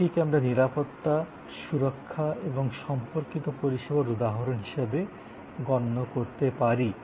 এটিকে আমরা নিরাপত্তা সুরক্ষা এবং সম্পর্কিত পরিষেবার উদাহরণ হিসাবে গণ্য করতে পারি